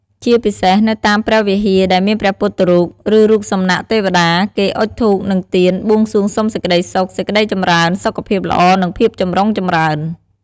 ជាពិសេសនៅតាមព្រះវិហារដែលមានព្រះពុទ្ធរូប ឬរូបសំណាកទេវតាគេអុជធូប និងទៀន បួងសួងសុំសេចក្តីសុខ សេចក្តីចម្រើន សុខភាពល្អ និងភាពចម្រុងចម្រើន។